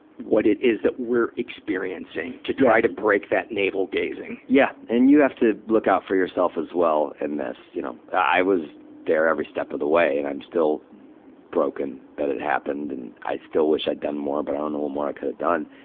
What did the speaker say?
what it is that we're experiencing, to try to break that navel-gazing. yeah, and you have to look out for yourself as well in this, you know. i, i was there every step of the way, and i'm still broken that it happened. and i still wished i'd done more, but i don't know what more i could've done.